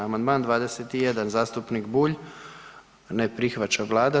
Amandman 21 zastupnik Bulj, ne prihvaća Vlada.